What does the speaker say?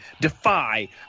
Defy